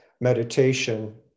meditation